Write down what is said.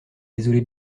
désolé